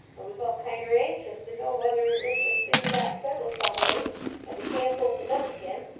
and we felt kinder anxious to know whether if this thing got settled some way and the camp opened up again,